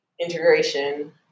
integration